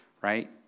right